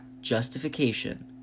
justification